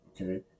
Okay